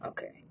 Okay